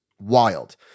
Wild